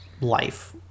life